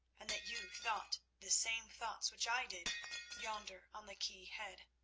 and that you thought the same thoughts which i did yonder on the quay-head.